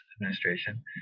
administration